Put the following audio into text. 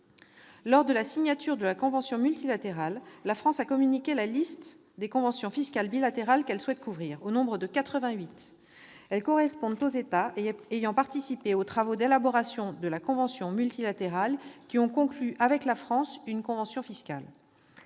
Lors de la signature de la convention multilatérale, la France a communiqué la liste des conventions fiscales bilatérales qu'elle souhaite couvrir, lesquelles sont au nombre de 88. Elles correspondent aux États ayant participé aux travaux d'élaboration de la convention multilatérale qui ont conclu avec la France une convention fiscale.